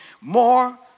more